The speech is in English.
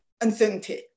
uncertainty